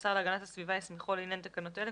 שהשר להגנת הסביבה הסמיכו לעניין תקנות אלה,